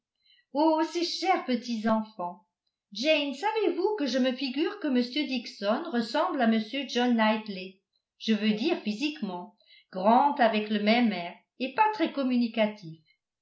oh ces chers petits enfants jane savez-vous que je me figure que m dixon ressemble à m john knightley je veux dire physiquement grand avec le même air et pas très communicatif